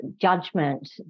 judgment